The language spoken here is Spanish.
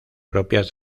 propias